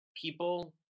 People